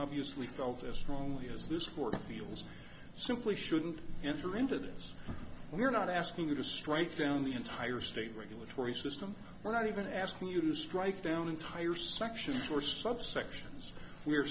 obviously felt as strongly as this worth feels simply shouldn't enter into this we're not asking you to strike down the entire state regulatory system we're not even asking you to strike down entire sections or subsections we